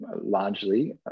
largely